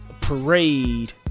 parade